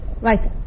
Right